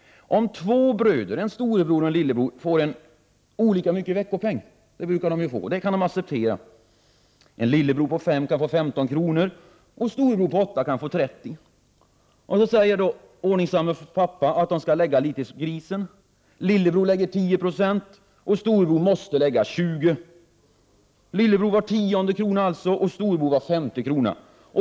Om två bröder, en storebror och en lillebror, får olika mycket i veckopeng — som de ju brukar få — så accepterar de det. En lillebror på fem år kan få 15 kr. och storebror på åtta kan få 30 kr. Så säger ordningssamme pappa att de skall lägga litet i grisen. Lillebror lägger 10 96 och storebror måste lägga 20 90 — alltså lillebror var tionde krona och storebror var femte krona.